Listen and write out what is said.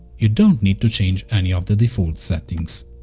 you don't need to change any of the default settings.